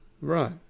Right